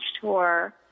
tour